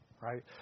Right